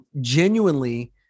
genuinely